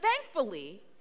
thankfully